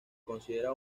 considera